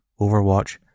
Overwatch